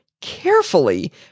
carefully